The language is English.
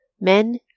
Men